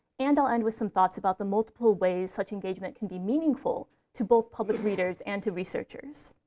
and i'll end with some thoughts about the multiple ways such engagement can be meaningful to both public readers and to researchers.